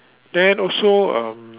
then also um